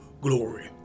glory